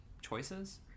choices